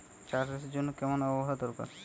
চা চাষের জন্য কেমন আবহাওয়া দরকার?